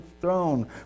throne